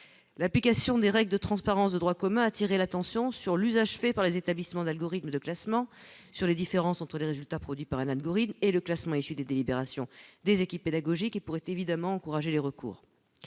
l'application des règles de transparence, de droit commun, a attiré l'attention sur l'usage fait par les établissements d'algorithme de classement sur les différences entre les résultats produits par un algorithme et le classement issu des délibérations des équipes pédagogiques et pourrait évidemment encourager les recours,